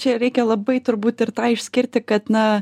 čia reikia labai turbūt ir tą išskirti kad na